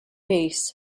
bass